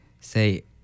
say